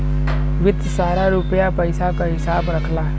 वित्त सारा रुपिया पइसा क हिसाब रखला